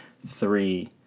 three